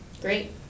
great